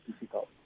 difficult